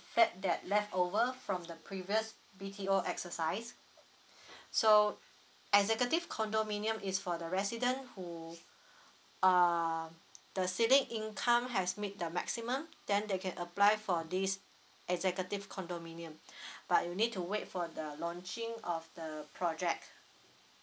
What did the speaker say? flat that leftover from the previous B_T_O exercise so executive condominium is for the resident who err the ceiling income has meet the maximum then they can apply for this executive condominium but you need to wait for the launching of the project